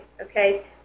Okay